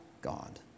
God